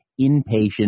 inpatient